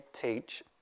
teach